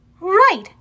Right